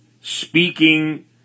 speaking